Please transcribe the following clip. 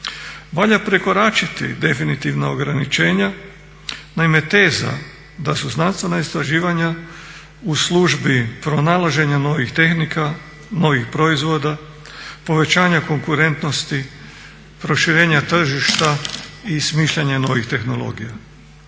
Valja prekoračiti definitivna ograničenja, naime teza da su znanstvena istraživanja u službi pronalaženja novih tehnika, novih proizvoda, povećanja konkurentnosti, proširenja tržišta i smišljanja novih tehnologija.